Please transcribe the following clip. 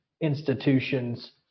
institutions